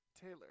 Taylor